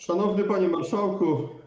Szanowny Panie Marszałku!